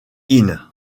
inn